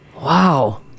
Wow